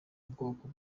bwoko